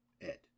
Ed